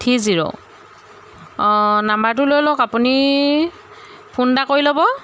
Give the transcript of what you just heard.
three zero অঁ নম্বৰটো লৈ লওক আপুনি ফোন এটা কৰি ল'ব